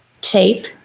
tape